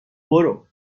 برو